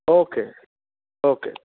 okay okay